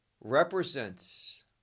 represents